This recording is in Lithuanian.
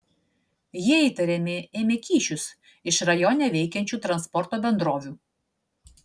jie įtariami ėmę kyšius iš rajone veikiančių transporto bendrovių